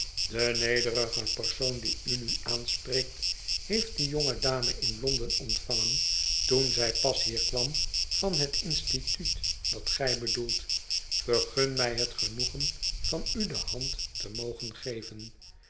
de nederige persoon die u nu aanspreekt heeft die jonge dame in londen ontvangen toen zij pas hier kwam van het instituut dat gij bedoelt vergun mij het genoegen van u de hand te mogen geven